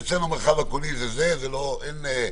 ואצלנו המרחב הקולי זה הטלפון הקטן,